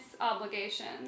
obligations